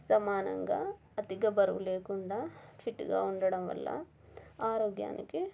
సమానంగా అతిగా బరువు లేకుండా ఫిట్గా ఉండటం వల్ల ఆరోగ్యానికి